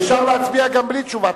להצביע גם בלי תשובת